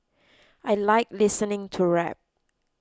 I like listening to rap